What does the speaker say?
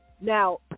now